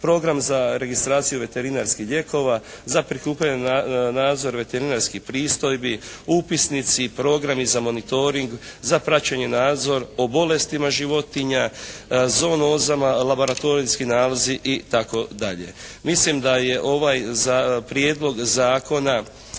Program za registraciju veterinarskih lijekova, za prikupljanje, nadzor veterinarskih pristojbi, upisnici, programi za monitoring, za praćenje, nadzor, o bolestima životinjama, zonozama, laboratorijski nalazi itd. Mislim da je ovaj prijedlog zakona